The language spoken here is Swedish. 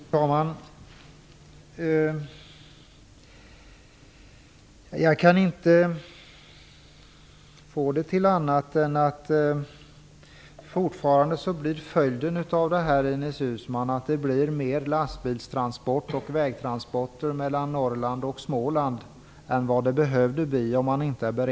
Fru talman! Jag kan inte få det till annat än att om man inte är beredd att vidta några åtgärder så blir följden, Ines Uusmann, att det blir fler lastbilstransporter mellan Norrland och Småland än vad det behövde bli.